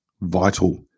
vital